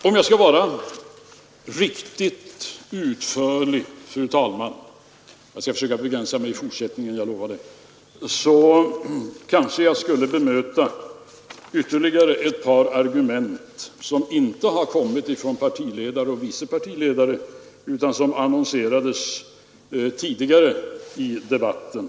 Om jag skall vara riktigt utförlig, fru talman — jag lovar att jag skall försöka begränsa mig i fortsättningen — kanske jag skall bemöta ytterligare ett par argument, som inte har kommit från partiledare och vice partiledare utan har annonserats tidigare här i debatten.